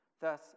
thus